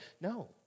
No